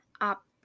up